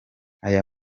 aya